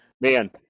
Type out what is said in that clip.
man